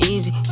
Easy